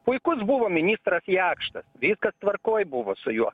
puikus buvo ministras jakštas viskas tvarkoj buvo su juo